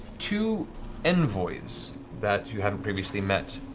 two envoys that you haven't previously met,